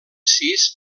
sis